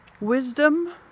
wisdom